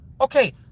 Okay